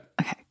okay